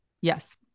Yes